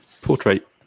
portrait